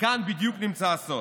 כאן בדיוק נמצא הסוד,